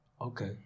okay